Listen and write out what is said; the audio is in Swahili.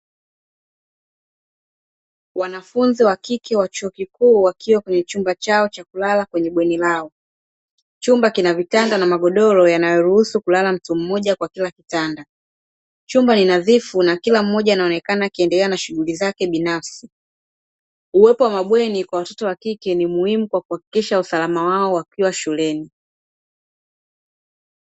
Wanafunzi wa kike wa chuo kikuu wakiwa kwenye chumba chao cha kulala kwenye bweni lao, chumba kina vitanda na magodoro yanayoruhusu kulala ntu mmoja kwa kila kitanda, chumba ni nadhifu na kila mmoja anaonekana akiendelea na shughuli zake binafsi. Uwepo wa mabweni kwa watoto wa kike ni muhimu kwa kuhakikisha usalama wao wakiwa shuleni.